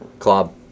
Club